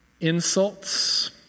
Insults